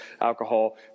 alcohol